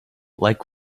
like